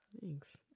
Thanks